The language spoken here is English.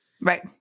Right